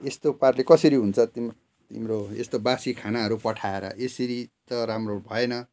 यस्तो पाराले कसरी हुन्छ तिम्रो तिम्रो यस्तो बासी खानाहरू पठाएर यसरी त राम्रो भएन